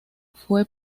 fue